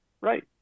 Right